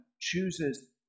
chooses